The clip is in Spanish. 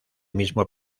mismo